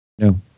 No